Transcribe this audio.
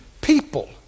People